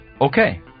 Okay